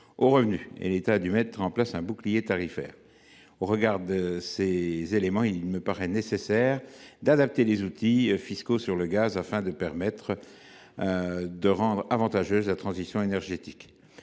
aux revenus, l’État a dû mettre en place un bouclier tarifaire. Au regard de ces éléments, il me paraît nécessaire d’adapter les outils fiscaux sur le gaz afin de rendre avantageuse la transition énergétique.